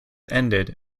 ended